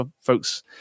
folks